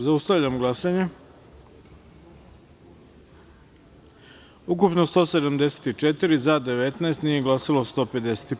Zaustavljam glasanje: Ukupno - 174, za – 19, nije glasalo - 155.